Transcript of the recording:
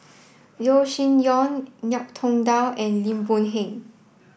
Yeo Shih Yun Ngiam Tong Dow and Lim Boon Heng